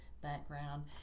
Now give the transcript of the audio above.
background